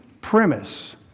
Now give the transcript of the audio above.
premise